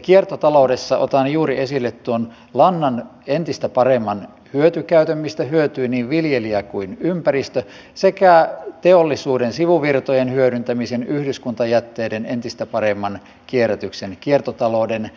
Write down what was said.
kiertotaloudessa otan esille juuri tuon lannan entistä paremman hyötykäytön mistä hyötyvät niin viljelijä kuin ympäristökin sekä teollisuuden sivuvirtojen hyödyntämisen yhdyskuntajätteiden entistä paremman kierrätyksen kiertotalouden